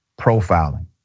profiling